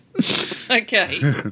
Okay